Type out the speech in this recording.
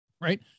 right